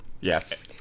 Yes